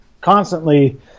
constantly –